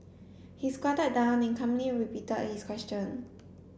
he squatted down and calmly repeated his question